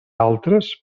altres